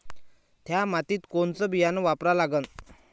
थ्या मातीत कोनचं बियानं वापरा लागन?